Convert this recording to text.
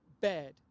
bad